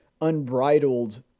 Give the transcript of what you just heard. unbridled